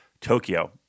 Tokyo